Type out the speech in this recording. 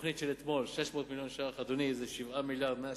התוכנית של אתמול, 600 מיליון ש"ח.